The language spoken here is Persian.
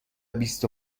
بیست